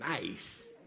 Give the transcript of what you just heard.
nice